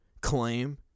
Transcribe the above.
claim